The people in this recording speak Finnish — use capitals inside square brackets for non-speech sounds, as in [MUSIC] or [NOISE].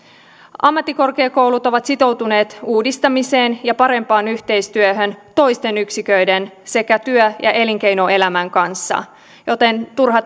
ammattikorkeakoulut ovat sitoutuneet uudistamiseen ja parempaan yhteistyöhön toisten yksiköiden sekä työ ja elinkeinoelämän kanssa joten on turha [UNINTELLIGIBLE]